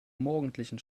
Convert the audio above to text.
morgendlichen